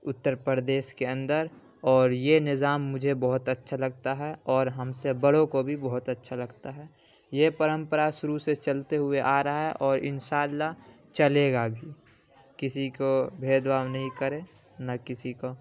اتر پردیش کے اندر اور یہ نظام مجھے بہت اچھا لگتا ہے اور ہم سے بڑوں کو بھی بہت اچھا لگتا ہے یہ پرمپرا شروع سے چلتے ہوئے آ رہا ہے اور ان شاء اللہ چلے گا بھی کسی کو بھید بھاؤ نہیں کرے نہ کسی کو